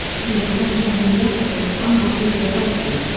he was mentioned in the episode bumblebee to the rescue.